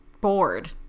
bored